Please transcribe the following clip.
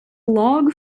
log